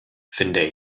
finde